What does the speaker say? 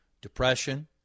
depression